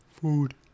Food